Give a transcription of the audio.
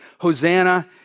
Hosanna